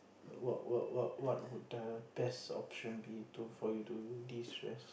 what what what what would the best option be to for you to destress